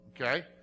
Okay